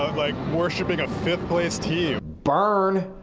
like worshiping a fifth place team. burn.